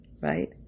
right